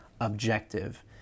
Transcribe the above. objective